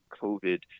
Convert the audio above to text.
COVID